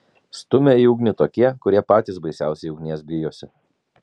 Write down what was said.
stumia į ugnį tokie kurie patys baisiausiai ugnies bijosi